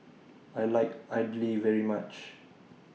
I like Idly very much